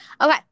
Okay